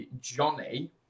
johnny